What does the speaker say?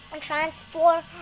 transform